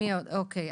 אוקי.